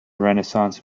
renaissance